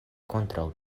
kontraŭ